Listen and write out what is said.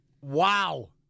Wow